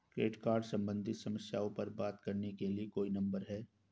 Credit card सम्बंधित समस्याओं पर बात करने के लिए कोई नंबर है?